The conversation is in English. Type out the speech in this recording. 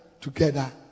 together